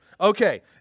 Okay